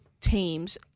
teams